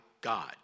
God